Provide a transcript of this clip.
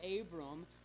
Abram